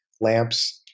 lamps